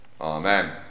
Amen